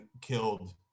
killed